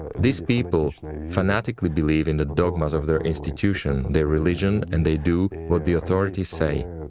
these people fanatically believe in the dogmas of their institution, their religion, and they do what the authorities say.